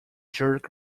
jerk